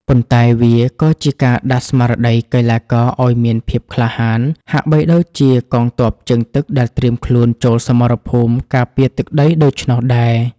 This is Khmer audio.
ប៉ុន្តែវាក៏ជាការដាស់ស្មារតីកីឡាករឱ្យមានភាពក្លាហាន ហាក់បីដូចជាកងទ័ពជើងទឹកដែលត្រៀមខ្លួនចូលសមរភូមិការពារទឹកដីដូច្នោះដែរ។